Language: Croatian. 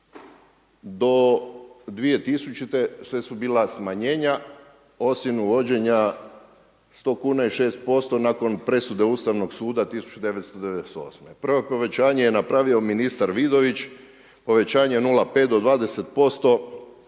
do 2000. sve su bila smanjenja osim uvođenja 100 kuna i 6% nakon presude Ustavnog suda 1998. Prvo povećanje je napravio ministar Vidović, povećanje 0,5 do 20%